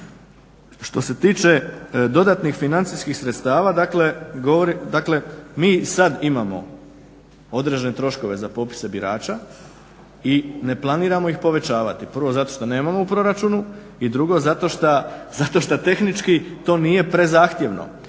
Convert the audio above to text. Što se tiče dodatnih financijskih sredstava, dakle mi sad imamo određene troškove za popise birača i ne planiramo ih povećavati, prvo zato što nemamo u proračunu i drugo zato što tehnički to nije prezahtjevno